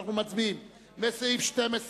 אנחנו מצביעים על סעיפים 9 12